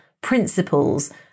principles